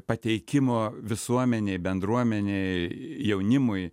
pateikimo visuomenei bendruomenei jaunimui